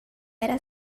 era